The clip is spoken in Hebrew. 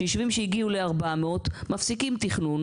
שיישובים שהגיעו ל-400 מפסיקים תכנון,